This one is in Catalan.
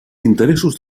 interessos